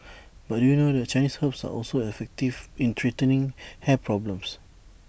but do you know that Chinese herbs are also effective in treating hair problems